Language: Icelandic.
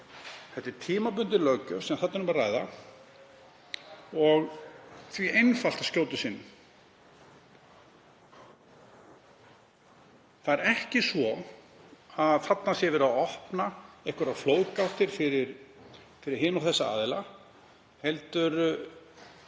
Þetta er tímabundin löggjöf sem þarna er um að ræða og því einfalt skjóta þessu inn. Það er ekki svo að þarna sé verið að opna flóðgáttir fyrir hina og þessa aðila heldur